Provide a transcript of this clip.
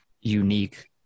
unique